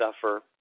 suffer